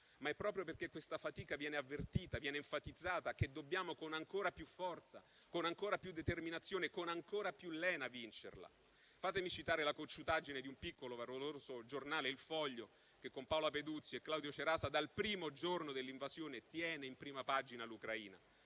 ma è proprio perché questa fatica viene avvertita ed enfatizzata che dobbiamo vincerla, con ancora più forza, determinazione e lena. Fatemi citare la cocciutaggine di un piccolo e valoroso giornale, «Il Foglio», che con Paola Peduzzi e Claudio Cerasa, dal primo giorno dell'invasione, tiene in prima pagina l'Ucraina.